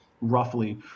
roughly